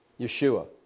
Yeshua